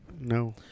No